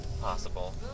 Possible